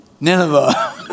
Nineveh